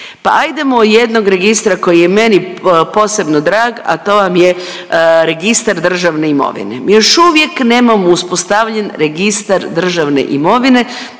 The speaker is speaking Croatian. Pa ajdemo jednog registra koji je meni posebno drag, a to vam je Registar državne imovine. Mi još uvijek nemamo uspostavljen Registar državne imovine,